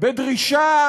דרישה